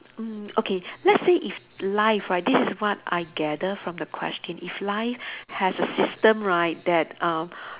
mm okay let's say if life right this is what I gather from the question if life has a system right that uh